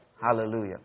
Hallelujah